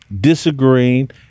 disagreeing